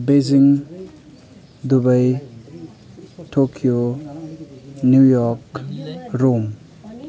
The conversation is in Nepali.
Beijing Dubai Tokyo New York Rome